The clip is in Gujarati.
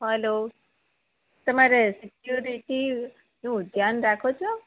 હલો તમારે સિક્યુરિટીનું ધ્યાન રાખો છો